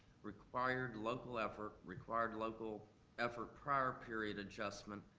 required local effort, required local effort-prior period adjustment,